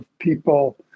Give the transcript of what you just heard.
people